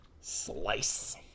Slice